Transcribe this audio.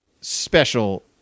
special